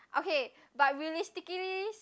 okay but realistically